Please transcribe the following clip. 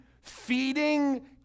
Feeding